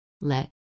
Let